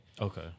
Okay